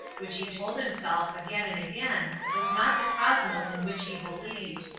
which he told himself again and again was not the cosmos in which he believed.